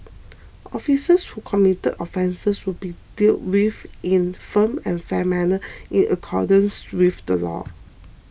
officers who commit offences will be dealt with in a firm and fair manner in accordance with the law